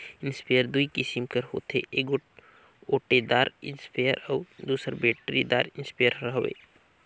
sprayer दूई किसिम कर होथे एगोट ओटेदार इस्परे अउ दूसर बेटरीदार इस्परे हवे